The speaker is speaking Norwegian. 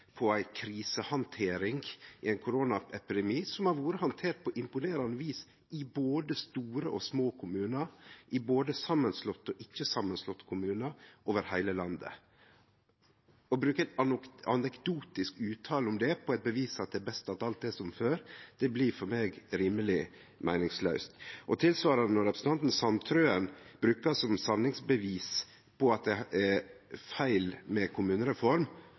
krisehandtering i ein koronaepidemi, som har vore handtert på imponerande vis i både store og små kommunar, i både samanslåtte og ikkje-samanslåtte kommunar over heile landet. Å bruke ei anekdotisk uttale om det som eit bevis på at det er best at alt er som før, blir for meg rimeleg meiningslaust. Tilsvarande gjeld når representanten Per Martin Sandtrøen brukar som sanningsbevis på at det er feil med kommunereform,